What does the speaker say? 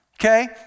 okay